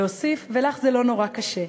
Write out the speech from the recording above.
והוסיף: ולך זה לא נורא קשה,